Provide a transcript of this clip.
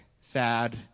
sad